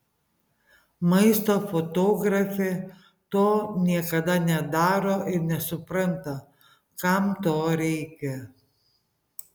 maisto fotografė to niekada nedaro ir nesupranta kam to reikia